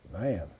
man